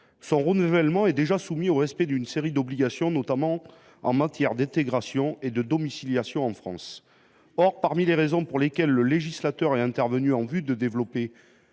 Son renouvellement est déjà soumis au respect d’une série d’obligations, notamment en matière d’intégration et de domiciliation en France. Parmi les raisons pour lesquelles le législateur est intervenu en vue de développer